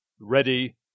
ready